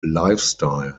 lifestyle